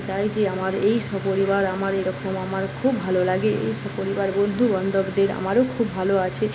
চাই যে আমার এই সপরিবার আমার এরকম আমার খুব ভালো লাগে এই সপরিবার বন্ধুবান্ধবদের আমারও খুব ভালো আছে